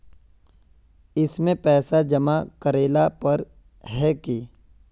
इसमें पैसा जमा करेला पर है की?